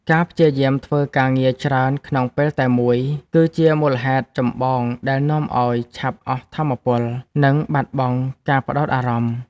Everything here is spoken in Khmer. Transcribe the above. ការព្យាយាមធ្វើការងារច្រើនក្នុងពេលតែមួយ គឺជាមូលហេតុចម្បងដែលនាំឱ្យឆាប់អស់ថាមពល និងបាត់បង់ការផ្ដោតអារម្មណ៍។